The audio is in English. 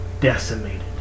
decimated